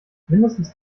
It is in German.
mindestens